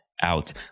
out